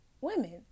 women